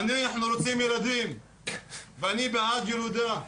אנחנו רוצים ילדים ואני בעד ילודה.